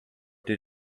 did